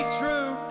true